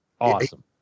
awesome